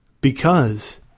Because